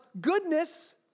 goodness